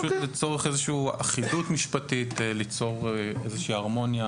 פשוט לצורך איזושהי אחידות משפטית ליצור איזושהי הרמוניה